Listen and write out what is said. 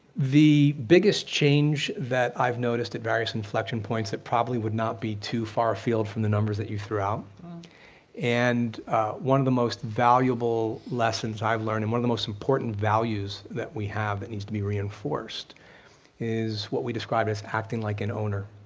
the biggest change that i've noticed at various inflection points that probably would not be too far afield from the numbers that you threw out and one of the most valuable lessons i've learned and one of the most important values that we have that needs to be reinforced is what we describe as acting like an owner.